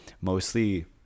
mostly